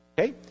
Okay